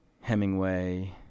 Hemingway